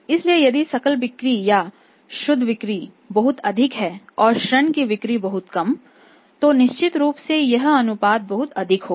इसलिए यदि सकल बिक्री या शुद्ध बिक्री बहुत अधिक है और ऋण की बिक्री बहुत कम है तो निश्चित रूप से यह अनुपात बहुत अधिक होगा